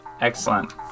Excellent